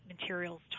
materials